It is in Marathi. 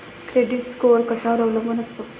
क्रेडिट स्कोअर कशावर अवलंबून असतो?